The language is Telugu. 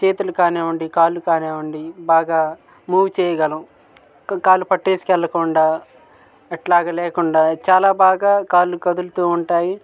చేతులు కానివ్వండి కాళ్ళు కానివ్వండి బాగా మూవ్ చేయగలం ఒక కాలు పట్టేసికెళ్ళకుండా ఎట్లాగ లేకుండా చాలా బాగా కాలు కదులుతూ ఉంటాయి